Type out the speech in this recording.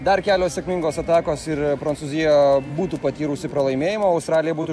dar kelios sėkmingos atakos ir prancūzija būtų patyrusi pralaimėjimą o australija būtų